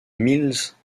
milles